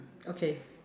okay